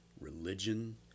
religion